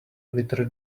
little